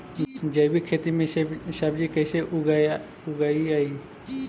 जैविक खेती में सब्जी कैसे उगइअई?